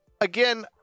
again